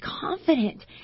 confident